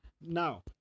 Now